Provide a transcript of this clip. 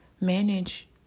manage